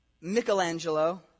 Michelangelo